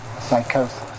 psychosis